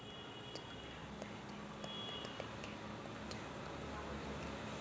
चांगल्या तरीक्यानं कोनच्या हंगामात भाजीपाला घेता येईन?